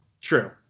True